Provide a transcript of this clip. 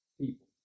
people